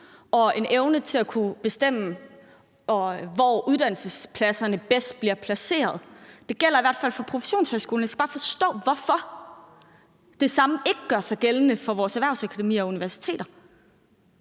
og en evne til at kunne bestemme, hvor uddannelsespladserne bedst bliver placeret. Det gælder i hvert fald for professionshøjskolerne. Jeg skal bare forstå, hvorfor det samme ikke gør sig gældende for vores erhvervsakademier og universiteter.